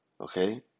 Okay